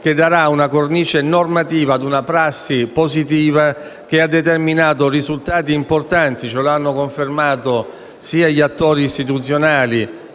che darà una cornice normativa a una prassi positiva che ha determinato risultati importanti - ce lo hanno confermato sia gli attori istituzionali